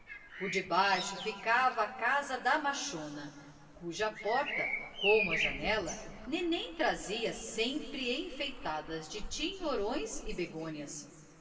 por debaixo ficava a casa da machona cuja porta como a janela nenen trazia sempre enfeitada de tinhorões e begônias